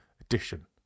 Edition